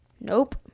nope